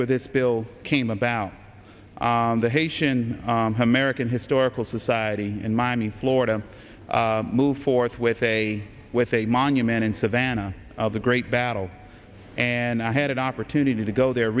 where this bill came about the haitian american historical society in miami florida move forth with a with a monument in savannah of the great battle and i had an opportunity to go there